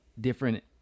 different